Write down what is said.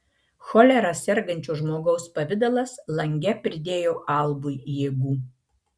cholera sergančio žmogaus pavidalas lange pridėjo albui jėgų